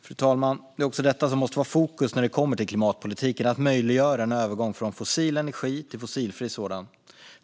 Fru talman! Det är också detta som måste vara i fokus när det kommer till klimatpolitiken: att möjliggöra en övergång från fossil energi till fossilfri sådan.